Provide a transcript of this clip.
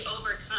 overcome